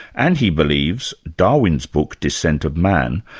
and, he believes, darwin's book, descent of man,